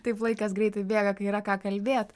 taip laikas greitai bėga kai yra ką kalbėt